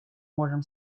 можем